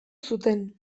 zuten